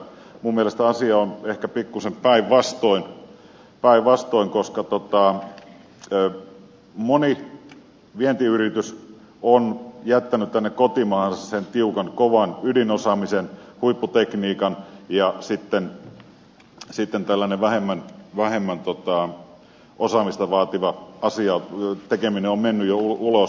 minun mielestäni asia on ehkä pikkuisen päinvastoin koska moni vientiyritys on jättänyt tänne kotimaahansa sen tiukan kovan ydinosaamisen huipputekniikan ja sitten tällainen vähemmän osaamista vaativa asia tekeminen on mennyt jo ulos